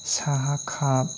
साहा काप